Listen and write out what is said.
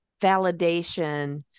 validation